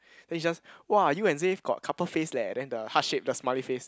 then he just !wah! you and Xav got couple face leh then the heart shape the smiley face